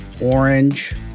orange